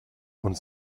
und